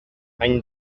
any